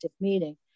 meeting